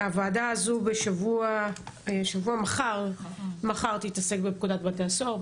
הוועדה הזו מחר תתעסק בפקודת בתי הסוהר,